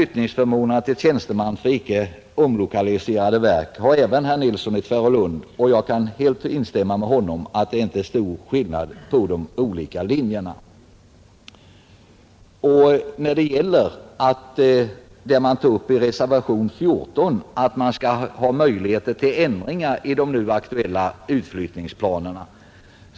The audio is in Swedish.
tjänstemän vid andra verk än de som omlokaliseras kan jag också helt instämma med herr Nilsson i Tvärålund när han säger att det inte är stor skillnad på de olika linjerna, I reservationen 14 förordas att man skall ha möjligheter till ändringar i de nu aktuella utflyttningsplanerna.